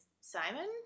Simon